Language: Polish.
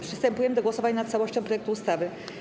Przystępujemy do głosowania nad całością projektu ustawy.